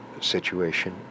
situation